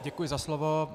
Děkuji za slovo.